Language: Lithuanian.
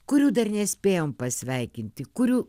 kurių dar nespėjom pasveikinti kurių